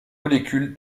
molécule